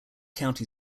county